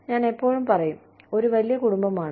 ഞാൻ എപ്പോഴും പറയും ഒരു വലിയ കുടുംബമാണ്